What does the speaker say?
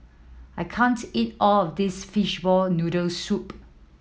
I can't eat all of this fishball noodle soup